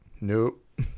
Nope